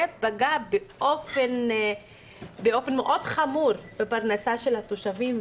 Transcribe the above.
פגע באופן מאוד חמור בפרנסה של התושבים,